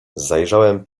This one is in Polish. zajrzałem